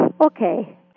okay